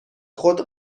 خود